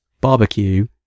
Barbecue